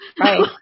Right